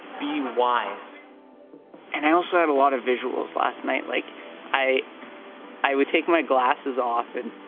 be wise and i also had a lot of visuals last night. like i i would take my glasses off and